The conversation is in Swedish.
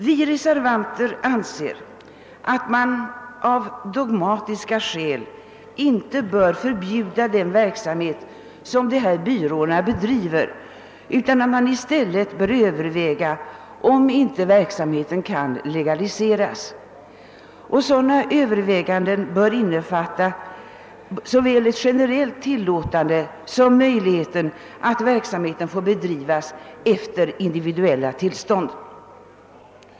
Vi reservanter anser inte att man av dogmatiska skäl bör förbjuda den verksamhet som dessa byråer bedriver utan att man i stället bör överväga om inte verksamheten kan legaliseras. Sådana överväganden bör innefatta såväl en generell tillåtelse som möjligheten att verksamheten får bedrivas efter individuella tillstånd.